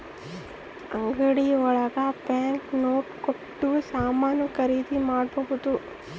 ಅಂಗಡಿ ಒಳಗ bank note ಕೊಟ್ಟು ಸಾಮಾನ್ ಖರೀದಿ ಮಾಡ್ಬೋದು